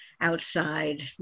outside